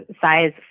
size